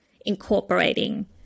incorporating